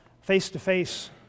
face-to-face